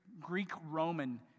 Greek-Roman